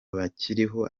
bakiriho